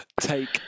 take